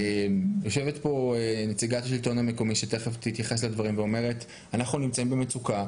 יושבת פה נציגת השלטון המקומי ואומרת: אנחנו נמצאים במצוקה,